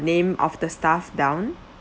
name of the staff down